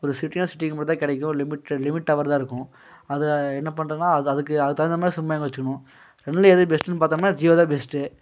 ஒரு சிட்டினா சிட்டிக்கு மட்டுந்தான் கிடைக்கும் லிமிட் லிமிட் டவர் தான் இருக்கும் அதை என்ன பண்ணுறதுன்னா அது அதுக்கு அதுக்கு தகுந்தா மாதிரி சிம் வாங்கி வெச்சுக்கணும் ரெண்டில் எது பெஸ்ட்டுன்னு பார்த்தோம்னா ஜியோ தான் பெஸ்ட்டு